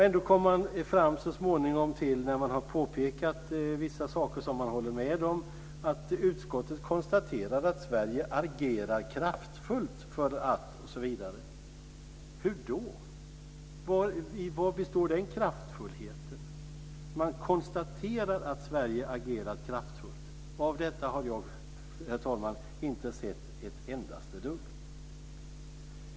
Ändå kommer man så småningom, när man har hållit med om vissa saker, fram till att utskottet konstaterar att Sverige agerar kraftfullt. Hur då? I vad består den kraftfullheten? Man konstaterar att Sverige agerat kraftfullt. Av detta har jag, herr talman, inte sett ett endaste dugg.